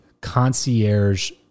concierge